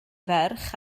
ferch